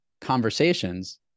conversations